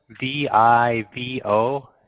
V-I-V-O